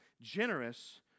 Generous